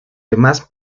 demás